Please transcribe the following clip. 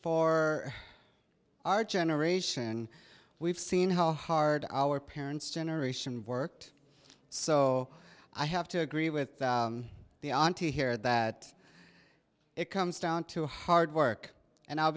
for our generation we've seen how hard our parents generation worked so i have to agree with the antti here that it comes down to hard work and i'll